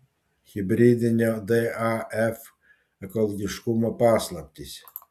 hibridinio daf ekologiškumo paslaptys